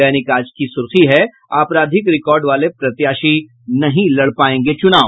दैनिक आज की सुर्खी है आपराधिक रिकॉर्ड वाले प्रत्याशी नहीं लड़ पायेंगे चुनाव